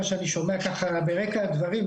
מה שאני שומע ככה ברקע הדברים,